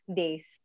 days